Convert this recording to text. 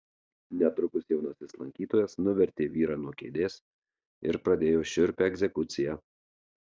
netrukus jaunasis lankytojas nuvertė vyrą nuo kėdės ir pradėjo šiurpią egzekuciją